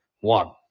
One